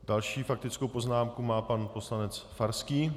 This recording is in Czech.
Další faktickou poznámku má pan poslanec Farský.